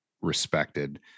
respected